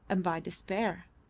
and by despair.